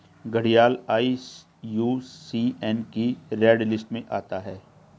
घड़ियाल आई.यू.सी.एन की red list में आता है